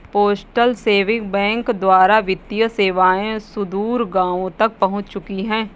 postal saving bank द्वारा वित्तीय सेवाएं सुदूर गाँवों तक पहुंच चुकी हैं